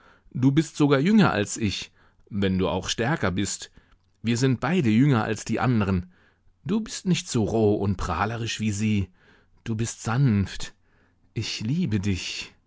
du bist sogar jünger als ich wenn du auch stärker bist wir sind beide jünger als die anderen du bist nicht so roh und prahlerisch wie sie du bist sanft ich liebe dich